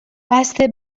بسته